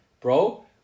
Bro